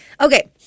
Okay